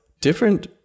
different